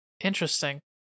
Interesting